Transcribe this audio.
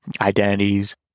Identities